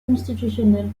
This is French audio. constitutionnel